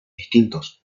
distintos